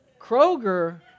Kroger